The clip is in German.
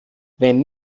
wenn